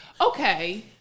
Okay